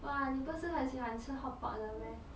哇你不是很喜欢吃 hot 的 meh